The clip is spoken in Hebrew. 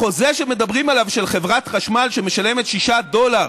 החוזה שמדברים עליו, של חברת חשמל, שמשלמת 6.08,